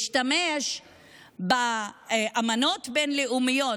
להשתמש באמנות בין-לאומיות.